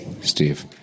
Steve